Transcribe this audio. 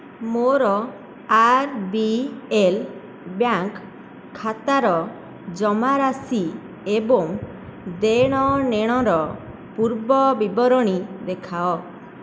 ମୋର RBL bank ଖାତାର ଜମାରାଶି ଏବଂ ଦେଣନେଣର ପୂର୍ବବିବରଣୀ ଦେଖାଅ